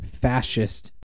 fascist